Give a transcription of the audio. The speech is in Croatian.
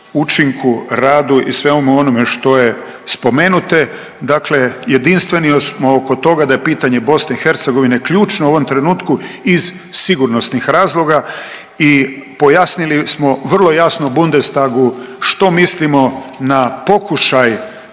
učinku, radu i svemu onome što je spomenuto. Dakle, jedinstveni smo oko toga da je pitanje Bosne i Hercegovine ključno u ovom trenutku iz sigurnosnih razloga i pojasnili smo vrlo jasno Bundestagu što mislimo na pokušaj